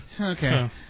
Okay